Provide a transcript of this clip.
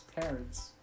parents